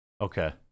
okay